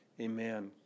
Amen